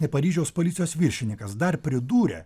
ir paryžiaus policijos viršininkas dar pridūrė